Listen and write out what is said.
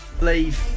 Leave